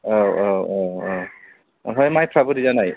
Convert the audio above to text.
औ औ औ औ ओमफ्राय मायफोरा बोरै जानाय